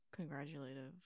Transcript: congratulative